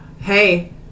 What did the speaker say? hey